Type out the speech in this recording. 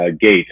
gate